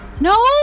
No